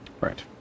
right